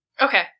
Okay